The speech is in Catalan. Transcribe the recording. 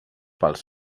pels